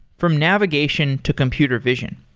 from navigation to computer vision.